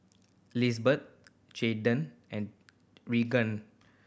Lisbeth Jaydan and Regenia